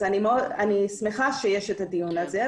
אז אני שמחה שיש הדיון הזה,